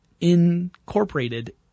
incorporated